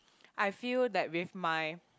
I feel that with my